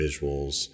visuals